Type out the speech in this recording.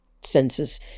census